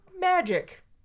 magic